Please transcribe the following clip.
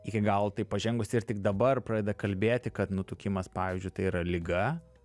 iki galo taip pažengusi ir tik dabar pradeda kalbėti kad nutukimas pavyzdžiui tai yra liga